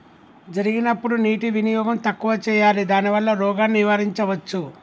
జరిగినప్పుడు నీటి వినియోగం తక్కువ చేయాలి దానివల్ల రోగాన్ని నివారించవచ్చా?